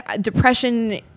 depression